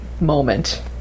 moment